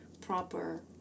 proper